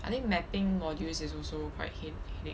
I think mapping modules is also quite head~ headache